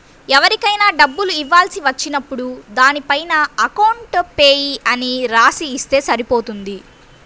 ఎవరికైనా డబ్బులు ఇవ్వాల్సి వచ్చినప్పుడు దానిపైన అకౌంట్ పేయీ అని రాసి ఇస్తే సరిపోతుంది